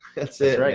that's it.